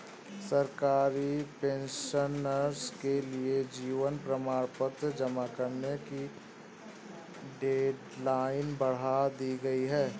सरकारी पेंशनर्स के लिए जीवन प्रमाण पत्र जमा करने की डेडलाइन बढ़ा दी गई है